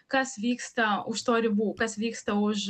kas vyksta už to ribų kas vyksta už